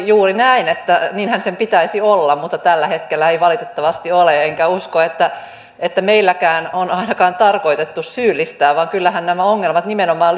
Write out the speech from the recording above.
juuri näin että niinhän sen pitäisi olla mutta tällä hetkellä ei valitettavasti ole enkä usko että että meilläkään on ainakaan ollut tarkoitus syyllistää vaan kyllähän nämä ongelmat nimenomaan